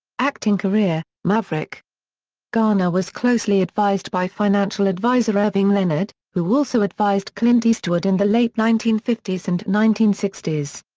acting career maverick garner was closely advised by financial adviser irving leonard, who also advised clint eastwood in the late nineteen fifty s and nineteen sixty s.